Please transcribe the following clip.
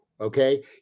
Okay